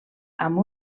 amb